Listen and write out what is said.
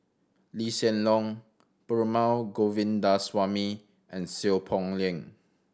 Lee Hsien Loong Perumal Govindaswamy and Seow Poh Leng